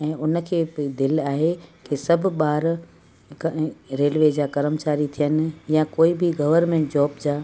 ऐं हुनखे बि दिलि आहे कि सभु ॿार हिक ऐं रेल्वे जा करमचारी थियनि या कोई बि गवर्मेंट जॉब जा